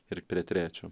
ir prie trečio